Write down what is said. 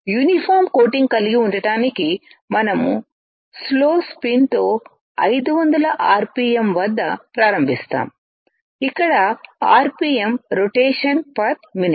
uniform coating కలిగి ఉండటానికి మనం స్లో స్పిన్తో 500 ఆర్పిఎమ్ వద్ద ప్రారంభిస్తాము ఇక్కడ ఆర్పిఎమ్ రొటేషన్ పర్ మినిట్